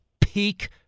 peak